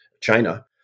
China